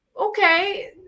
okay